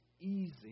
Easy